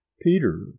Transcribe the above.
Peter